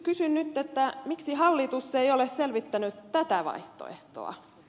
kysyn nyt miksi hallitus ei ole selvittänyt tätä vaihtoehtoa